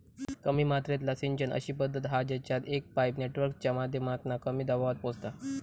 कमी मात्रेतला सिंचन अशी पद्धत हा जेच्यात एक पाईप नेटवर्कच्या माध्यमातना कमी दबावात पोचता